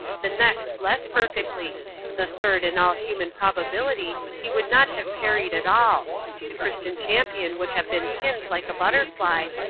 the next less perfectly the third in all human probability he would not have parried at all the christian champion would have been pinned like a butterfly,